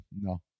no